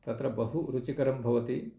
तत्र बहु रुचिकरं भवति